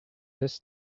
this